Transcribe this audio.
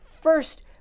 first